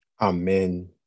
Amen